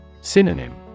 Synonym